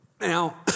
Now